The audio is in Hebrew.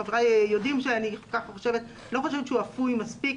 חבריי יודעים שאני כך חושבת ואני לא חושבת שהוא אפוי מספיק.